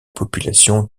population